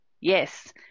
yes